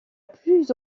plus